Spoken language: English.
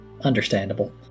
Understandable